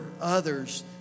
others